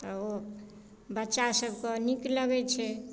आ ओ बच्चासभकेँ नीक लगैत छै